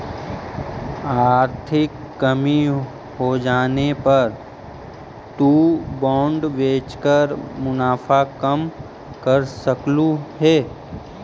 आर्थिक कमी होजाने पर तु बॉन्ड बेचकर मुनाफा कम कर सकलु हे